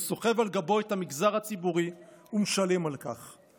הוא סוחב על גבו את המגזר הציבורי ומשלם על כך.